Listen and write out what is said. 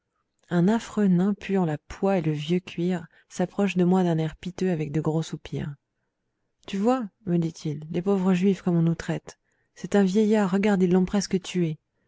un affreux nain puant la poix et le vieux cuir s'approche de moi d'un air piteux avec de gros soupirs tu vois me dit-il les pauvres juifs comme on nous traite c'est un vieillard regarde ils l'ont presque tué